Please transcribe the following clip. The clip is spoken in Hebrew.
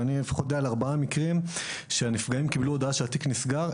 אבל אני יודע לפחות על ארבעה מקרים שהנפגעים קיבלו הודעה שהתיק נסגר.